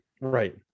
Right